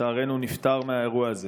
לצערנו הוא נפטר מהאירוע הזה.